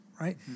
Right